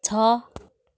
छ